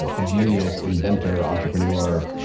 ah genius, inventor, entrepreneur,